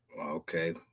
Okay